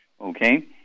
okay